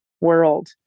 world